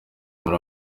muri